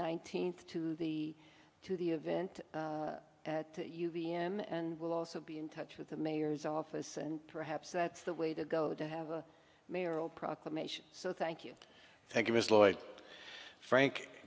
nineteenth to the to the event at uva m and we'll also be in touch with the mayor's office and perhaps that's the way to go to have a mayoral proclamation so thank you thank you ms lloyd frank